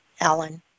Alan